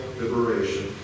liberation